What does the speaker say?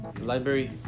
library